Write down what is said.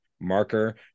marker